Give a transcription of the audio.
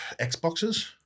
Xboxes